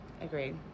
agreed